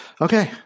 okay